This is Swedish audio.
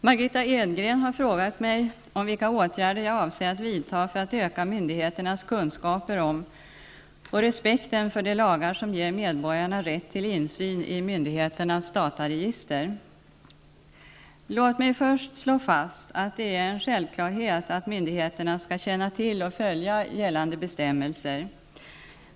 Herr talman! Margitta Edgren har frågat mig om vilka åtgärder jag avser att vidta för att öka myndigheternas kunskaper om och respekten för de lagar som ger medborgarna rätt till insyn i myndigheternas dataregister. Låt mig först slå fast att det är en självklarhet att myndigheterna skall känna till och följa gällande bestämmelser.